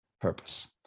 purpose